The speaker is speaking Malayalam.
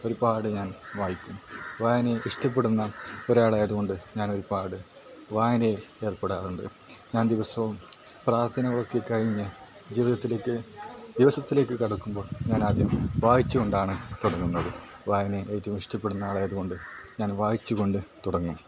ഒരുപാട് ഞാൻ വായിക്കും വായന എനിക്ക് ഇഷ്ടപ്പെടുന്ന ഒരാളായത് കൊണ്ട് ഞാൻ ഒരുപാട് വായനയിൽ ഏർപ്പെടാറുണ്ട് ഞാൻ ദിവസവും പ്രാർഥനകളൊക്കെ കഴിഞ്ഞ് ജീവിതത്തിലേക്ക് ദിവസത്തിലേക്ക് കടക്കുമ്പോൾ ഞാൻ ആദ്യം വായിച്ച് കൊണ്ടാണ് തുടങ്ങുന്നത് വായനയെ ഏറ്റവും ഇഷ്ടപ്പെടുന്ന ആളായത് കൊണ്ട് ഞാൻ വായിച്ച് കൊണ്ട് തുടങ്ങും